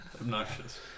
obnoxious